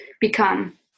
become